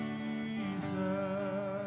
Jesus